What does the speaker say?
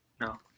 no